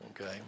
okay